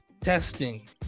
Testing